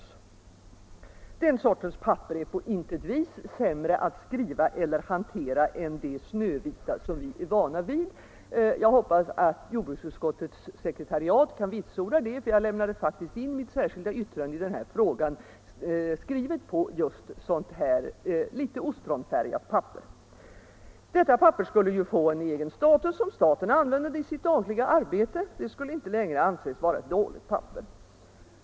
Den sortens papper är på intet vis sämre att skriva på eller hantera än det snövita som vi är vana vid. Jag hoppas att jordbruksutskottets sekretariat kan vitsorda detta, eftersom jag faktiskt lämnade in mitt särskilda yttrande i den här frågan skrivet på litet ostronfärgat papper. Detta papper skulle få en egen status om statens organ använde det i sitt dagliga arbete. Det skulle inte längre anses vara ett dåligt papper.